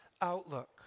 outlook